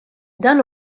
dan